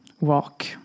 walk